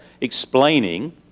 explaining